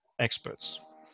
experts